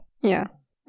Yes